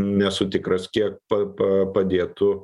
nesu tikras kiek pa pa padėtų